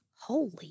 holy